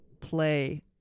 play